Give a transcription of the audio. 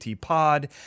Pod